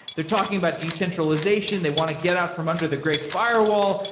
they're talking about decentralization. they want to get out from under the great firewall.